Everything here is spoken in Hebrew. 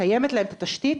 קיימת להם את התשתית,